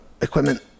equipment